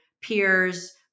peer's